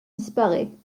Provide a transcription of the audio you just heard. disparait